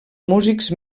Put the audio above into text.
músics